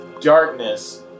darkness